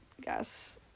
guess